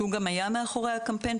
שהוא גם היה מאחורי הקמפיין,